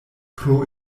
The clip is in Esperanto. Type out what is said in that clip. pro